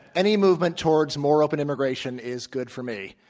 any movement towards more open immigration is good for me.